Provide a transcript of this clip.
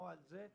שמעתם על זה,